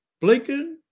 Blinken